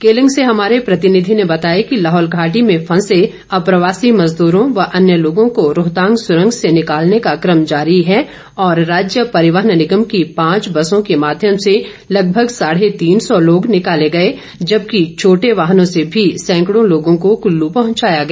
केलंग से हमारे प्रतिनिधि ने बताया कि लाहौल घाटी में फंसे अप्रवासी मजदूरों व अन्य लोगों को रोहतांग सुरंग से निकालने का क्रम जारी और राज्य परिवहन निगम की पांच बसों के माध्यम से लगभग साढे तीन सौ लोग निकाले गए जबकि छोटे वाहनों से भी सैंकड़ों लोगों को कुल्लू पहुंचाया गया